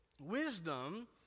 Wisdom